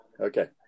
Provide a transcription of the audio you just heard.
Okay